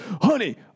honey